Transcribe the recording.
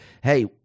hey